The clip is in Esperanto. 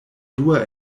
dua